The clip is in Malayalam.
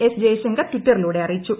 എസ് ജയ്ശങ്കർ ട്വിറ്ററിലൂടെ അറിയിച്ചു